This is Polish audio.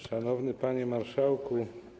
Szanowny Panie Marszałku!